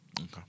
Okay